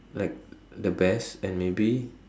like the best and maybe